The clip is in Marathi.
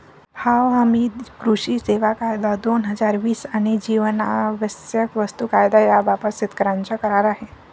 भाव हमी, कृषी सेवा कायदा, दोन हजार वीस आणि जीवनावश्यक वस्तू कायदा याबाबत शेतकऱ्यांचा करार आहे